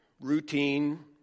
routine